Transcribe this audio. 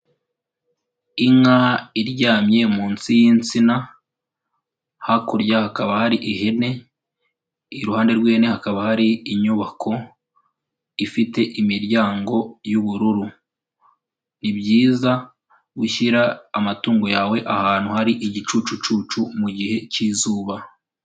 Inka iryamye munsi y'insina, hakurya hakaba hari ihene, iruhande rw'ihene hakaba hari inyubako, ifite imiryango y'ubururu. Ni byiza gushyira amatungo yawe, ahantu hari igicucucucu mu gihe cy'izuba.